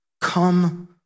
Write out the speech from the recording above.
Come